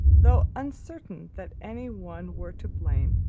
though uncertain that any one were to blame,